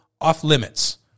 off-limits